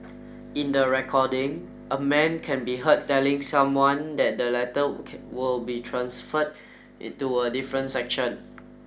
in the recording a man can be heard telling someone that the latter will be transferred to a different section